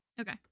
Okay